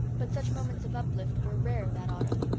but such moments of uplift were rare that autumn.